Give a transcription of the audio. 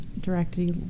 directly